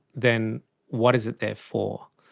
then what is it there for?